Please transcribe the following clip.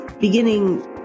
beginning